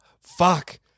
fuck